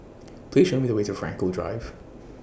Please Show Me The Way to Frankel Drive